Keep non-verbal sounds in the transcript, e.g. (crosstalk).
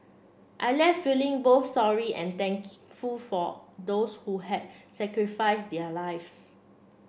I left feeling both sorry and (unintelligible) for those who had sacrifices their lives